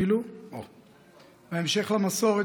בהמשך למסורת,